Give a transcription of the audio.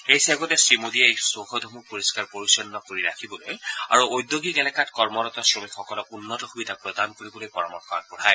এই ছেগতে শ্ৰীমোদীয়ে এই চৌহদসমূহ পৰিষ্ণাৰ পৰিচ্ছন্ন কৰি ৰাখিবলৈ আৰু ঔদ্যোগিক এলেকাত কৰ্মৰত শ্ৰমিক সকলক উন্নত সুবিধা প্ৰদান কৰিবলৈ পৰামৰ্শ আগবঢ়ায়